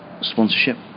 sponsorship